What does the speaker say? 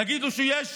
יגידו לו שיש